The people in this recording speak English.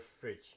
fridge